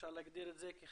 אפשר להגדיר את זה כחסם,